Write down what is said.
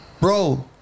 bro